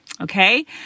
Okay